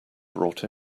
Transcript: brought